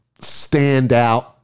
standout